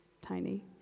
tiny